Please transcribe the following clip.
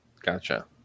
Gotcha